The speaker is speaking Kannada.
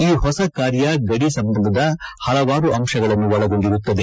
ಈ ಹೊಸ ಕಾರ್ಯ ಗದಿ ಸಂಬಂಧದ ಹಲವಾರು ಅಂಶಗಳನ್ನು ಒಳಗೊಂಡಿರುತ್ತದೆ